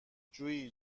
جویی